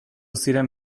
ziren